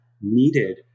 needed